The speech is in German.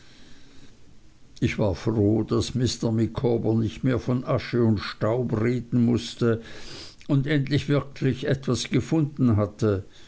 ich war froh daß mr micawber nicht mehr von asche und staub reden mußte und endlich wirklich etwas gefunden hatte